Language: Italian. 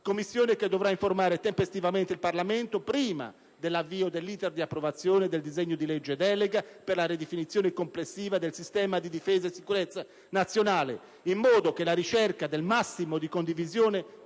Commissione che dovrà informare tempestivamente il Parlamento prima dell'avvio dell'*iter* di approvazione del disegno di legge delega per la ridefinizione complessiva del sistema di difesa e sicurezza nazionale; in modo che la ricerca del massimo di condivisione